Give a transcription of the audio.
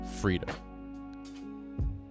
freedom